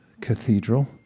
cathedral